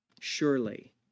surely